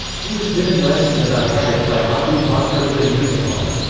he was given lessons about hadith by abu bakr ibn muzaffar.